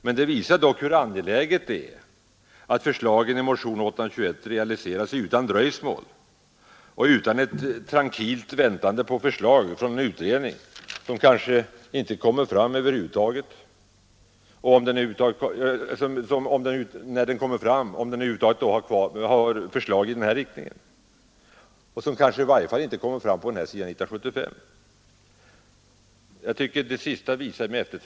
Men förhållandet visar hur angeläget det är att förslagen i motionen 821 realiseras utan dröjsmål och utan ett trankilt väntande på ett utredningsförslag som kanske över huvud taget inte läggs fram eller som i varje fall inte läggs fram förrän någon gång efter 1975.